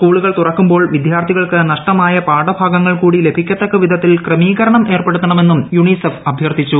സ്കൂളുകൾ തൂറ്ക്കുമ്പോൾ വിദ്യാർത്ഥികൾക്ക് നഷ്ടമായ പാഠഭാഗങ്ങൾ കൂടി ലഭിക്കത്തക്ക വിധത്തിൽ ക്രമീകരണം ഏർപ്പെടുത്തണ്ണ്മെന്നു്ം യുണീസെഫ് അഭ്യർത്ഥിച്ചു